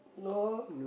no